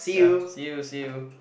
ya see you see you